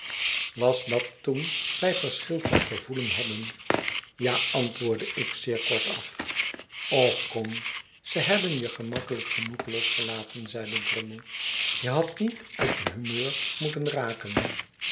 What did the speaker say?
was dat toen wij verschil van gevoelen hadden ja antwoordde ik zeer kortaf och kom ze hebben je gemakkelijk genoeg losgelaten zeide drummle je hadt niet uit je humeur moeten raken